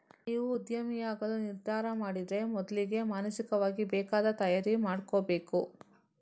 ನೀವು ಉದ್ಯಮಿಯಾಗಲು ನಿರ್ಧಾರ ಮಾಡಿದ್ರೆ ಮೊದ್ಲಿಗೆ ಮಾನಸಿಕವಾಗಿ ಬೇಕಾದ ತಯಾರಿ ಮಾಡ್ಕೋಬೇಕು